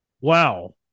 Wow